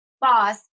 Boss